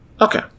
Okay